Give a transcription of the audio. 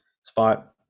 spot